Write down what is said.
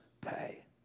pay